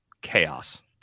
Chaos